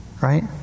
right